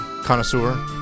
connoisseur